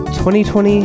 2020